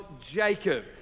Jacob